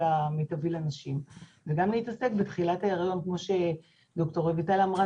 המירבי לנשים וגם להתעסק בתחילת ההיריון כמו שד"ר רויטל דרעי אמרה,